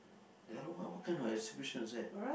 I don't what what kind of exhibition is that